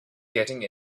getting